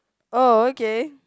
oh okay